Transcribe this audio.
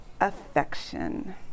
affection